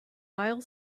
aisle